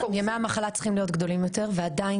ימי המחלה צריכים להיות גדולים יותר ועדיין